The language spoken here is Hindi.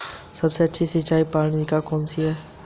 सबसे अच्छी सिंचाई प्रणाली कौन सी है?